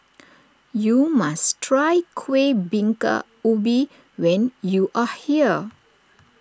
you must try Kuih Bingka Ubi when you are here